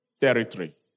territory